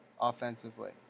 offensively